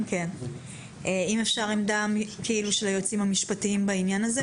אם אפשר עמדה של היועצים המשפטיים בעניין הזה,